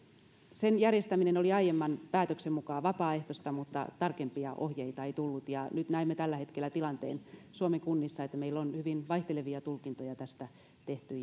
sen järjestäminen oli aiemman päätöksen mukaan vapaaehtoista mutta tarkempia ohjeita ei tullut ja nyt näemme tällä hetkellä sen tilanteen suomen kunnissa että meillä on hyvin vaihtelevia tulkintoja tästä tehty